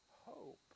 hope